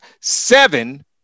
seven